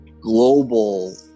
global